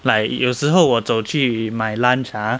like 有时候我走去买 lunch !huh!